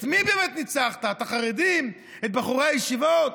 את מי באמת ניצחת, את החרדים, את בחורי הישיבות?